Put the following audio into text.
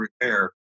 repair